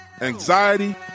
anxiety